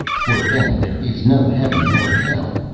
for them there is no heaven nor hell,